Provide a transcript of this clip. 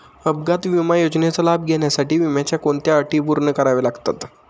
अपघात विमा योजनेचा लाभ घेण्यासाठी विम्याच्या कोणत्या अटी पूर्ण कराव्या लागतात?